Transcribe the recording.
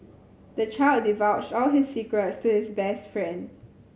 the child divulged all his secrets to his best friend